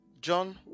John